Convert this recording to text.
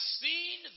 seen